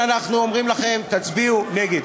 לכן אנחנו אומרים לכם: תצביעו נגד.